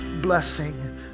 blessing